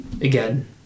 Again